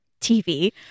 TV